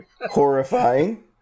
Horrifying